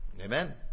Amen